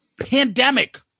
Pandemic